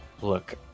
Look